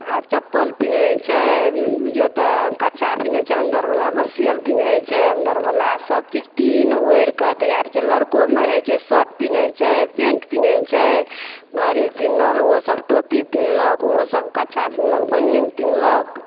आ चप्पल पीन्हैत छै बुझिऔ तऽ कच्छा पीन्हैत छै अन्दर वाला ब्रेसियर पीन्हैत छै अन्दरवला सभ चीज पिन्ह ओढ़िके तैयार होयत छै लड़कोमे होइ छै शर्ट पीन्हैत छै पैंट पीन्हैत छै घडी पिन्हल ओसभ टोपी पिन्हलक ओहोसभ कच्छा पिन्हलक बनियान पिन्हलक